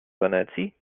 wenecji